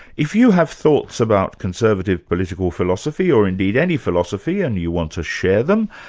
if you have thoughts about conservative political philosophy, or indeed any philosophy and you want to share them,